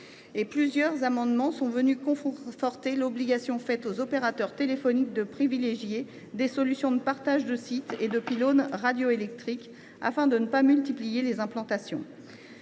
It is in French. de plusieurs amendements a permis de conforter l’obligation faite aux opérateurs téléphoniques de privilégier des solutions de partage de sites et de pylônes radioélectriques afin de ne pas multiplier les implantations.